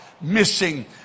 missing